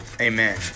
Amen